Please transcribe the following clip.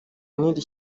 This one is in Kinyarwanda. n’iri